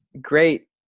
great